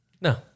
No